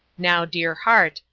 now, dear heart,